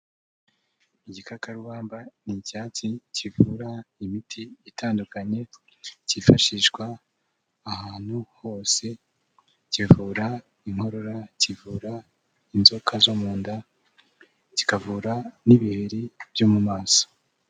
Igikakarumba ni icyatsi kivura imiti itandukanye, kifashishwa ahantu hose, kivura inkorora, kivura inzoka zo munda, kikavura n'ibiheri byo mu maso.